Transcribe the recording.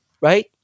right